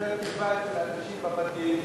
ויוצר תקווה אצל אנשים בבתים,